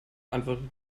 antwortete